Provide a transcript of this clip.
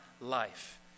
life